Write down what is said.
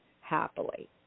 happily